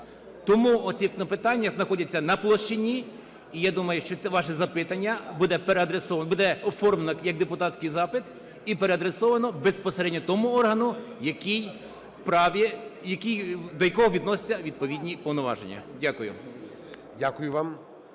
Тому оці питання знаходяться на площині, і я думаю, що ваше запитання буде переадресовано, буде оформлено як депутатський запит і переадресовано безпосередньо тому органу, який вправі, до якого відносяться відповідні повноваження. Дякую.